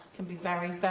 can be very,